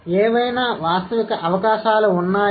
ఏవైనా వాస్తవిక అవకాశాలు ఉన్నాయా